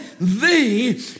thee